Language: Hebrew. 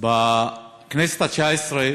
בכנסת התשע-עשרה